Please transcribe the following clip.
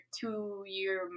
two-year